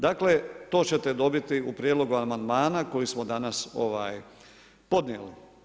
Dakle to ćete dobiti u prijedlogu amandman koji smo danas podijeli.